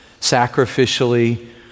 sacrificially